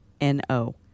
n-o